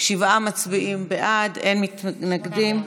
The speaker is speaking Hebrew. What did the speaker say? אין מתנגדים.